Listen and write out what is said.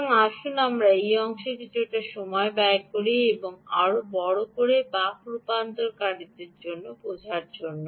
সুতরাং আসুন আমরা এই অংশে কিছুটা সময় ব্যয় করি আরও বড় করে বক রূপান্তরকারীদের বোঝার জন্য